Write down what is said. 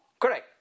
Correct